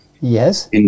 Yes